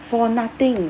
for nothing